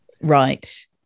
Right